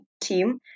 team